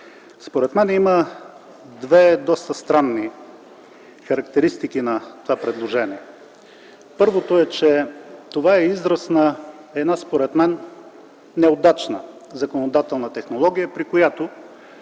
Според мен има две доста странни характеристики на това предложение. Първото е, че това е израз на една неудачна законодателна технология, при която